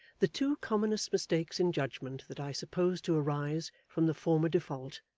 the two commonest mistakes in judgement that i suppose to arise from the former default,